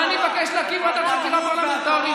מה אני מבקש להקים ועדת חקירה פרלמנטרית?